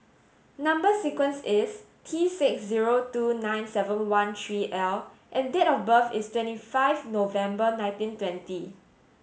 number sequence is T six zero two nine seven one three L and date of birth is twenty five November nineteen twenty